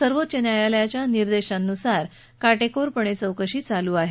सर्वोच्च न्यायालयाच्या निर्देशानुसार ही चौकशी चालू आहे